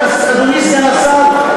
אדוני סגן השר,